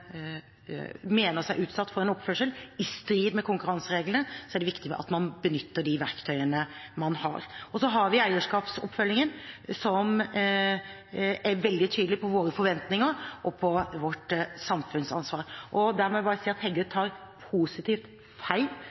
utsatt for en oppførsel i strid med konkurransereglene, er det viktig at man benytter de verktøyene man har. Så har vi eierskapsoppfølgingen, som er veldig tydelig på våre forventninger og på vårt samfunnsansvar, og der må jeg bare si at Heggø tar positivt feil.